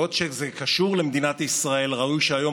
בעוד שכשזה קשור למדינת ישראל ראוי שהיום